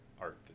art